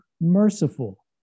merciful